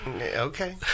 okay